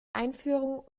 einführung